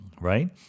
right